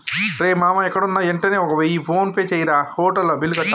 రేయ్ మామా ఎక్కడున్నా యెంటనే ఒక వెయ్య ఫోన్పే జెయ్యిరా, హోటల్ బిల్లు కట్టాల